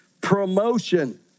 promotion